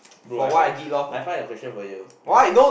bro I find I find a question for you